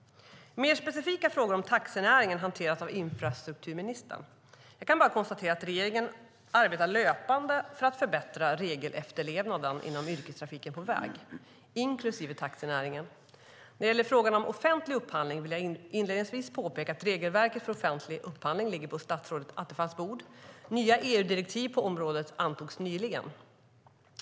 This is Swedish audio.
Mer specifika frågor om taxinäringen hanteras av infrastrukturministern. Jag kan bara konstatera att regeringen arbetar löpande för att förbättra regelefterlevnaden inom yrkestrafiken på väg, inklusive taxinäringen. När det gäller frågan om offentlig upphandling vill jag inledningsvis påpeka att regelverket för offentlig upphandling ligger på statsrådet Attefalls bord. Nya EU-direktiv på området antogs nyligen.